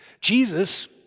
Jesus